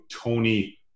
Tony